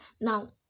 now